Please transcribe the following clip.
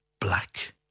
black